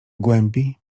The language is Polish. głębi